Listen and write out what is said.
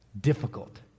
Difficult